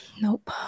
Nope